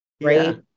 right